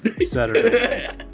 Saturday